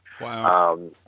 Wow